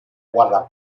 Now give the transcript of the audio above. guarda